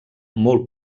molt